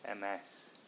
MS